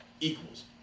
Equals